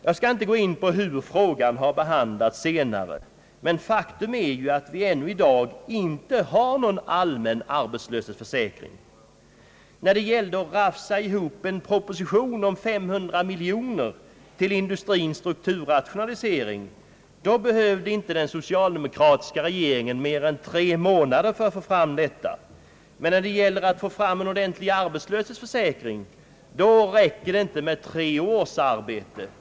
Jag skall inte gå in på hur ärendet behandlats senare, men faktum är ju att vi ännu i dag inte har någon allmän arbetslöshetsförsäkring. När det gällde att rafsa ihop en proposition om 500 miljoner till industrins strukturrationalisering, då behövde inte den socialdemokratiska regeringen mer än tre månader på sig för att få fram detta, men när det gäller en ordentlig arbetslöshetsförsäkring, då räcker det inte med tre år.